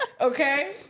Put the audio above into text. Okay